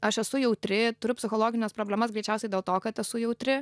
aš esu jautri turiu psichologines problemas greičiausiai dėl to kad esu jautri